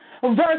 verse